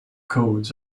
codes